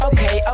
Okay